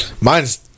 Mine's